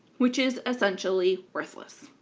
which is essentially worthless.